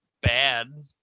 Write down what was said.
bad